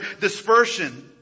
dispersion